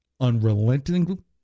unrelenting